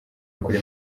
muri